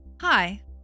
Hi